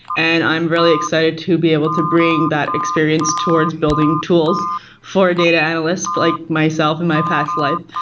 and i'm really excited to be able to bring that experience towards building tools for data analyst, like myself in my past life.